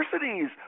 universities